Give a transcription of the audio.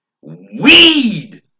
weed